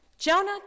Jonah